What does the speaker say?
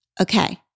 Okay